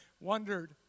wondered